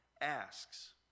asks